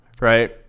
right